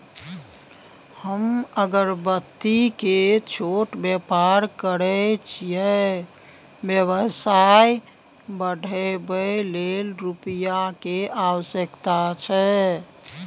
हम अगरबत्ती के छोट व्यापार करै छियै व्यवसाय बढाबै लै रुपिया के आवश्यकता छै?